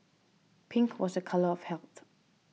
pink was a colour of health